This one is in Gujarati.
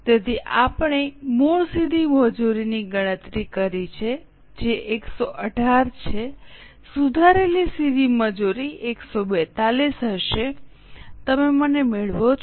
તેથી આપણે મૂળ સીધી મજૂરી ની ગણતરી કરી છે જે 118 છે સુધારેલી સીધી મજૂરી 142 હશે તમે મને મેળવો છો